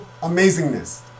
amazingness